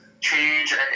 change